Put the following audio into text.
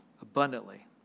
abundantly